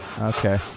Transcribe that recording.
Okay